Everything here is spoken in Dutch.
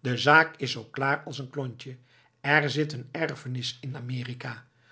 de zaak is zoo klaar als een klontje er zit een erfenis in amerika